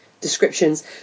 descriptions